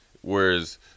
Whereas